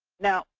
now,